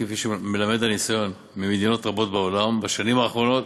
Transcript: כפי שמלמד הניסיון ממדינות רבות בעולם בשנים האחרונות,